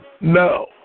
No